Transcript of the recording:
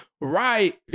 Right